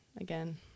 again